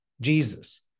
Jesus